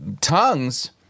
tongues